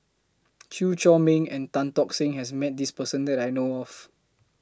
Chew Chor Meng and Tan Tock Seng has Met This Person that I know of